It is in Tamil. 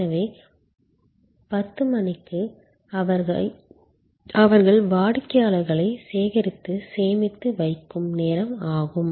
எனவே 10o கடிகாரம் வரை அவர்கள் வாடிக்கையாளர்களைச் சேகரித்து சேமித்து வைக்கும் நேரம் ஆகும்